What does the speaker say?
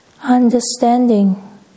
understanding